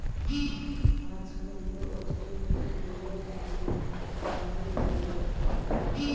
आजकल तो स्टील के गुल्लक भी आवे लगले हइ